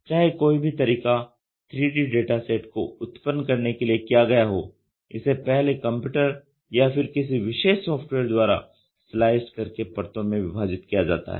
चाहे कोई भी तरीका 3D डाटासेट को उत्पन्न करने के लिए किया गया हो इसे पहले कंप्यूटर या फिर किसी विशेष सॉफ्टवेयर द्वारा स्लाइस्ड करके परतों में विभाजित किया जाता है